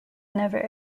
never